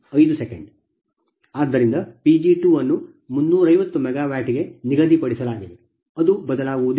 ಆದ್ದರಿಂದ P g2 ಅನ್ನು 350 ಮೆಗಾವ್ಯಾಟ್ಗೆ ನಿಗದಿಪಡಿಸಲಾಗಿದೆ ಅದು ಬದಲಾಗುವುದಿಲ್ಲ